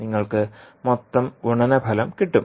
നിങ്ങൾക്ക് മൊത്തം ഗുണനഫലം കിട്ടും